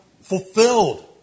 fulfilled